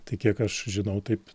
tai kiek aš žinau taip